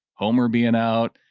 homer being out,